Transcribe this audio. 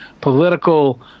political